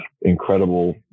incredible